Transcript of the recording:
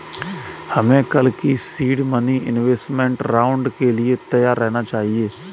हमें कल के सीड मनी इन्वेस्टमेंट राउंड के लिए तैयार रहना चाहिए